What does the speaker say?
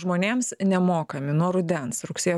žmonėms nemokami nuo rudens rugsėjo